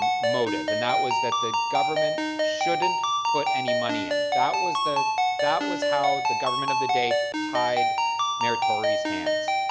motive. and that was that the government shouldn't put any money in, and that was the that was how the government of the day tied mayor tory's hands.